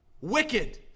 wicked